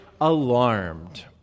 alarmed